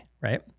right